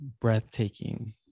breathtaking